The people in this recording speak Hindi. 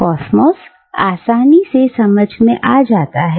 कॉसमॉस आसानी से समझ में आ जाता है